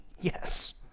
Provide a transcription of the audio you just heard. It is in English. Yes